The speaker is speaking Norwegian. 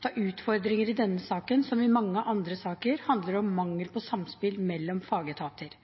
da utfordringer i denne saken, som i mange andre saker, handler om mangel på samspill mellom fagetater.